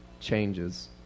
changes